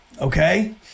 Okay